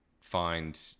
find